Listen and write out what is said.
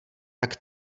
tak